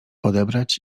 odebrać